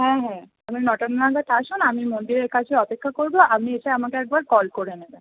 হ্যাঁ হ্যাঁ আপনি নটা নাগাদ আসুন আমি মন্দিরের কাছে অপেক্ষা করবো আপনি এসে আমাকে একবার কল করে নেবেন